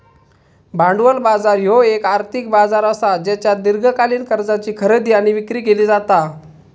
भांडवल बाजार ह्यो येक आर्थिक बाजार असा ज्येच्यात दीर्घकालीन कर्जाची खरेदी आणि विक्री केली जाता